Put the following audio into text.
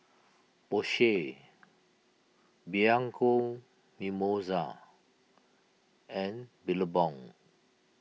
Porsche Bianco Mimosa and Billabong